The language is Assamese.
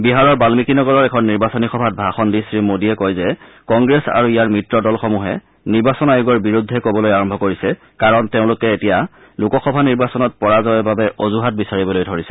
বিহাৰৰ বান্মীকি নগৰৰ এখন নিৰ্বাচনী সভাত ভাষণ দি শ্ৰীমোডীয়ে কয় যে কংগ্ৰেছ আৰু ইয়াৰ মিত্ৰ দলসমূহে নিৰ্বাচন আয়োগৰ বিৰুদ্ধে কবলৈ আৰম্ভ কৰিছে কাৰণ তেওঁলোকে এতিয়া লোকসভা নিৰ্বাচনত পৰাজয়ৰ বাবে অজুহাত বিচাৰিব ধৰিছে